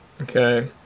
Okay